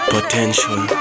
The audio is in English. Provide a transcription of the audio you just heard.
Potential